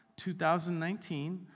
2019